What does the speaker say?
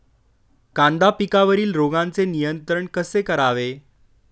कांदा पिकावरील रोगांचे नियंत्रण कसे करावे?